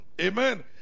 amen